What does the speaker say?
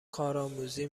کارآموزی